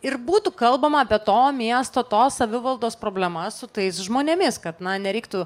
ir būtų kalbama apie to miesto tos savivaldos problemas su tais žmonėmis kad na nereiktų